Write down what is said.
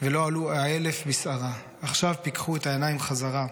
ועכשיו פקחו את העיניים חזרה".